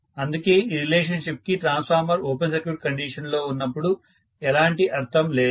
అందుకే ఈ రిలేషన్షిప్ కి ట్రాన్స్ఫార్మర్ ఓపెన సర్క్యూట్ కండిషన్ లో ఉన్నప్పుడు ఎలాంటి అర్థము లేదు